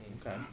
Okay